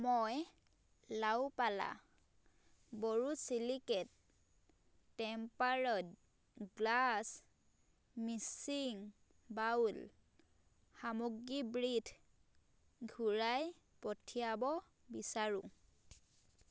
মই লা ওপালা borosilicate tempered glass mixing bowl সামগ্ৰীবিধ ঘূৰাই পঠিয়াব বিচাৰোঁ